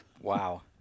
Wow